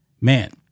Man